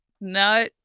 No